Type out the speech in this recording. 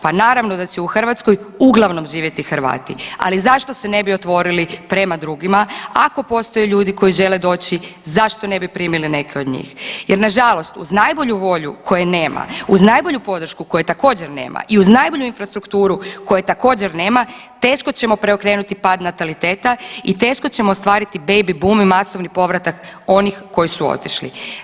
Pa naravno da će u Hrvatskoj uglavnom živjeti Hrvati, ali zašto se ne bi otvorili prema drugima ako postoje ljudi koji žele doći, zašto ne bi primili neke od njih jer nažalost uz najbolju volju, koje nema, uz najbolju podršku koje također nema i uz najbolju infrastrukturu koje također nema teško ćemo preokrenuti pad nataliteta i teško ćemo ostvariti baby bum i masovni povratak onih koji su otišli.